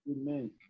Amen